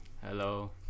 Hello